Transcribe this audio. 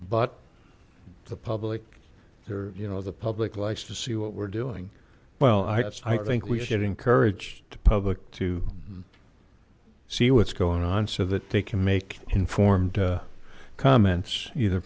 but the public there you know the public likes to see what we're doing well i think we should encourage the public to see what's going on so that they can make informed comments either